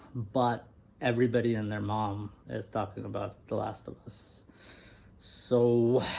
but everybody and their mom is talking about the last of us so